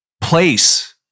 place